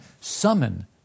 summon